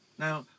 Now